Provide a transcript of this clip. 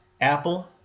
Apple